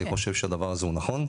אני חושב שהדבר הזה הוא נכון,